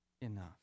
enough